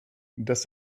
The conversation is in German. dass